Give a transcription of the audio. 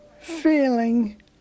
feeling